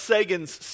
Sagan's